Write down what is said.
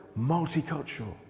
Multicultural